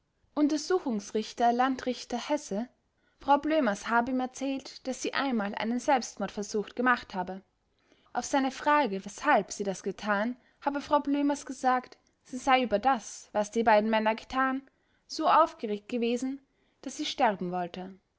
untersuchungsrichter landrichter hesse frau blömers habe ihm erzählt daß sie einmal einen selbstmordversuch gemacht habe auf seine frage weshalb sie das getan habe frau blömers gesagt sie sei über das was die beiden männer getan so aufgeregt gewesen sen daß sie streben wollte